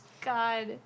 God